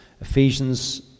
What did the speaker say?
Ephesians